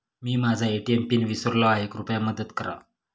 मी माझा ATM PIN विसरलो आहे, कृपया मदत करा